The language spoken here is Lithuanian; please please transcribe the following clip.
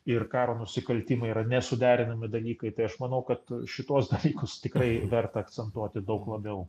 ir karo nusikaltimai yra nesuderinami dalykai tai aš manau kad šituos dalykus tikrai verta akcentuoti daug labiau